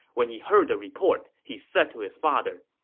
when he heard the report, he said to his father,